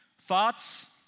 Thoughts